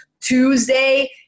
Tuesday